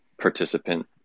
participant